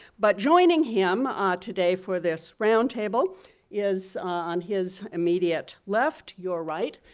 but joining him ah today for this round table is on his immediate left, your right,